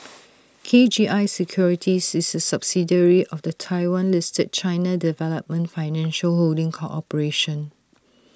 K G I securities is A subsidiary of the Taiwan listed China development financial holding corporation